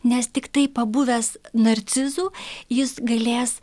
nes tiktai pabuvęs narcizu jis galės